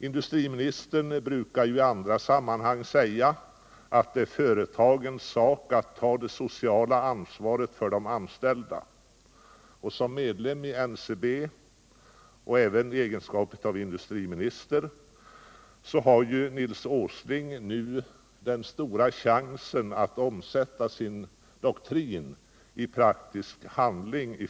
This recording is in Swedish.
Industriministern brukar i andra sammanhang säga att det är företagens sak att ta det sociala ansvaret för de anställda. Som medlem av NCB och även i egenskap av industriminister har nu Nils Åsling i fallet Hissmofors den stora chansen att omsätta sin doktrin i praktisk handling.